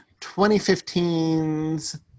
2015's